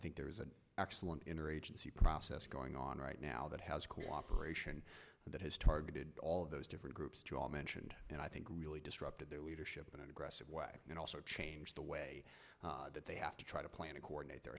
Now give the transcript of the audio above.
think there is an excellent interagency process going on right now that has cooperation that has targeted all of those different groups to i mentioned and i think really disrupted their leadership in an aggressive way and also change the way that they have to try to plan to coordinate their